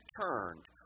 turned